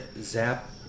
zap